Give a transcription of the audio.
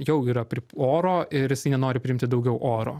jau yra pri oro ir jisai nenori priimti daugiau oro